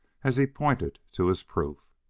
as he pointed to his proof.